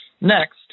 Next